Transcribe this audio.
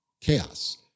chaos